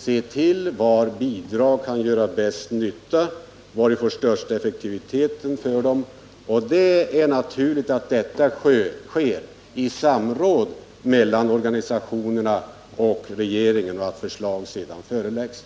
se var bidragen ger den största effekten. Det är naturligt att detta sker i samråd mellan organisationerna och regeringen, och att förslag sedan föreläggs.